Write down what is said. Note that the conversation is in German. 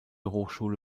hochschule